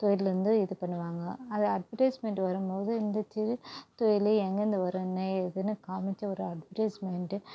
தொழில்லருந்து இது பண்ணுவாங்கள் அ அட்வடைஸ்மென்ட் வரும்போது இந்த சிறு தொழிலே எங்கேயிருந்து வரும் என்ன ஏதுன்னு காமித்து ஒரு அட்வடைஸ்மென்ட்டு